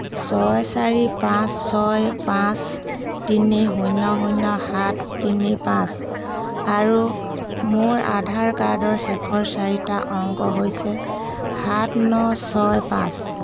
ছয় চাৰি পাঁচ ছয় পাঁচ তিনি শূন্য শূন্য সাত তিনি পাঁচ আৰু মোৰ আধাৰ কাৰ্ডৰ শেষৰ চাৰিটা অংক হৈছে সাত ন ছয় পাঁচ